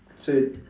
so if